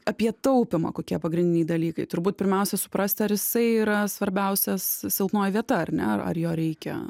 apie taupymą kokie pagrindiniai dalykai turbūt pirmiausia suprast ar jisai yra svarbiausias silpnoji vieta ar ne ar ar jo reikia